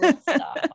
stop